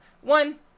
One